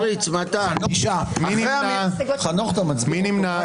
מי נמנע?